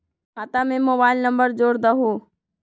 खाता में mobile number जोड़ दहु?